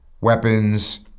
weapons